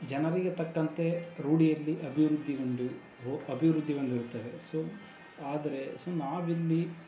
ಜನರಿಗೆ ತಕ್ಕಂತೆ ರೂಢಿಯಲ್ಲಿ ಅಭಿವೃದ್ಧಿಗೊಂಡು ರೋ ಅಭಿವೃದ್ಧಿ ಹೊಂದಿರುತ್ತವೆ ಸೊ ಆದರೆ ಸೊ ನಾವಿಲ್ಲಿ